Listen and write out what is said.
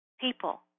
people